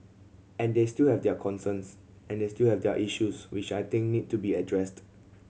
and they still have their concerns and they still have their issues which I think need to be addressed